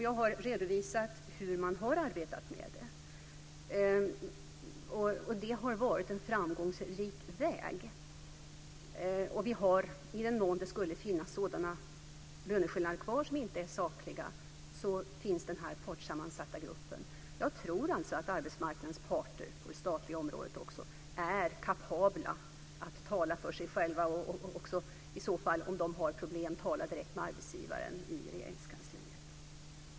Jag har redovisat hur vi har arbetat med detta. Det har varit en framgångsrik väg. I den mån det skulle finnas osakliga löneskillnader kvar finns den partssammansatta gruppen. Jag tror att arbetsmarknadens parter på det statliga området är kapabla att tala för sig själva och om det finns problem tala direkt med arbetsgivaren i Regeringskansliet.